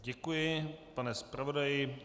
Děkuji, pane zpravodaji.